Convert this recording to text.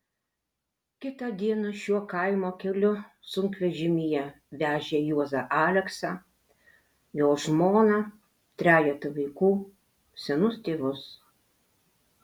kitą dieną šiuo kaimo keliu sunkvežimyje vežė juozą aleksą jo žmoną trejetą vaikų senus tėvus